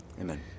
Amen